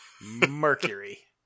Mercury